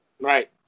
Right